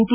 T